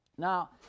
Now